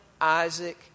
Isaac